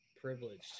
privileged